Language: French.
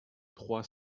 trois